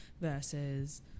versus